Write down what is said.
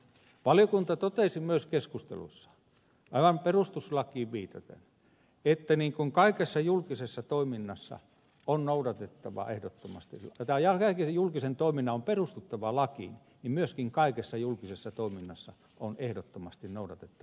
valiokunta totesi myös keskustelussa ja perustuslaki pitää eteni keskusteluissa aivan perustuslakiin viitaten että niin kuin kaiken julkisen toiminnan on perustuttava lakiin niin myöskin kaikessa julkisessa toiminnassa on ehdottomasti noudatettava lakia